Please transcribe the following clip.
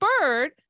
bird